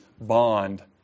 bond